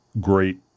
great